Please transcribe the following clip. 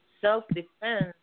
self-defense